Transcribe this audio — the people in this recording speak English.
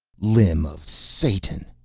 limb of satan!